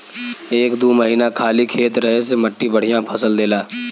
एक दू महीना खाली खेत रहे से मट्टी बढ़िया फसल देला